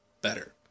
better